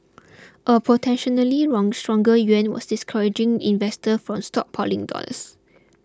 a potentially wrong stronger yuan was discouraging investors from stockpiling dollars